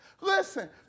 Listen